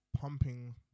pumping